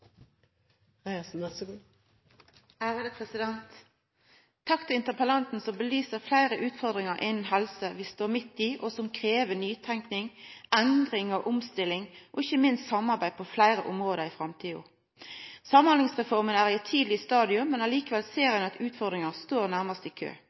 Takk til interpellanten som set lyset på fleire utfordringar vi står midt oppe i når det gjeld helse, og som krev nytenking, endring og omstilling, og ikkje minst samarbeid, på fleire område i framtida. Samhandlingsreforma er i eit tidleg stadium, men likevel ser ein at utfordringane nærmast står i kø,